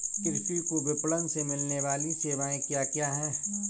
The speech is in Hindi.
कृषि को विपणन से मिलने वाली सेवाएँ क्या क्या है